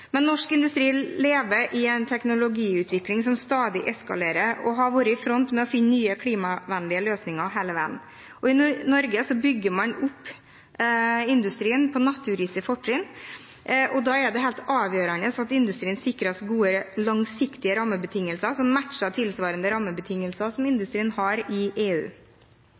Men norsk industri lever i en teknologiutvikling som stadig eskalerer, og har hele veien vært i front for å finne nye klimavennlige løsninger. I Norge bygger man opp industrien på naturgitte fortrinn, og da er det helt avgjørende at industrien sikrer oss gode, langsiktige rammebetingelser som matcher tilsvarende rammebetingelser som industrien har i EU.